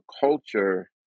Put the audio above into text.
culture